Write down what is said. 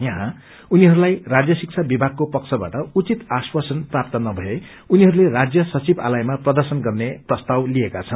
यहाँ उनीहरूलाई राज्यशिक्षा विभागको पक्षबाट उचित आश्वासन प्राप्त नभए उनीहरूले राज्य सचिवालयमा प्रर्दशन गर्ने प्रस्ताव लिए छन्